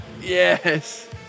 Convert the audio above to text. Yes